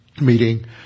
meeting